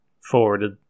forwarded